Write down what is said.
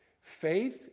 Faith